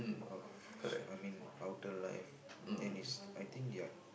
of I mean outer life then it's I think they are